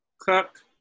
cook